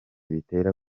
bitera